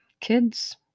Kids